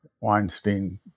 Weinstein